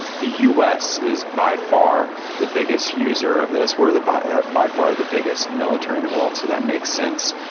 the us is by far the biggest user of this. we're by ah by far the biggest military in the world, so that makes sense.